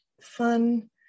fun